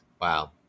Wow